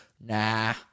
nah